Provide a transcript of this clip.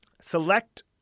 Select